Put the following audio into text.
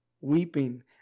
Weeping